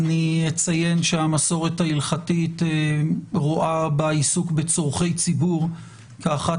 אני אציין שהמסורת ההלכתית רואה בעיסוק בצרכי ציבור כאחת